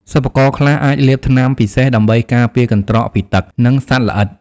សិប្បករខ្លះអាចលាបថ្នាំពិសេសដើម្បីការពារកន្ត្រកពីទឹក និងសត្វល្អិត។